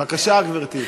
בבקשה, גברתי.